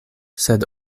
sed